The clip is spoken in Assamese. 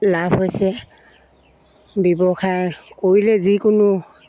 লাভ হৈছে ব্যৱসায় কৰিলে যিকোনো